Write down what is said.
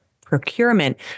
procurement